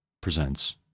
presents